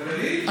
בגליל?